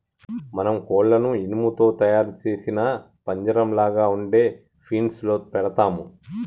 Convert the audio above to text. మనం కోళ్లను ఇనుము తో తయారు సేసిన పంజరంలాగ ఉండే ఫీన్స్ లో పెడతాము